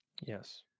Yes